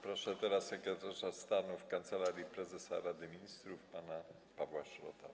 Proszę teraz sekretarza stanu w Kancelarii Prezesa Rady Ministrów pana Pawła Szrota.